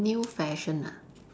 new fashion ah